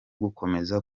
gukomeza